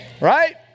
Right